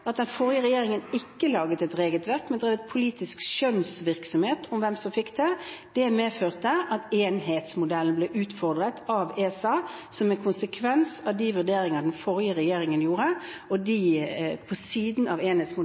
at den forrige regjeringen ikke laget et regelverk, men at det handlet om politisk skjønnsvirksomhet med hensyn til hvem som fikk tillatelse. Det medførte at enerettsmodellen ble utfordret av ESA, som en konsekvens av de vurderinger den forrige regjeringen gjorde – på siden av